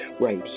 right